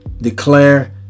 declare